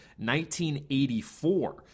1984